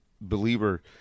believer